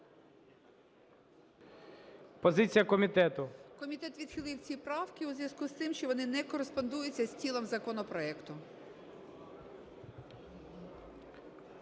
ТРЕТЬЯКОВА Г.М. Комітет відхилив ці правки у зв'язку з тим, що вони не кореспондуються з тілом законопроекту.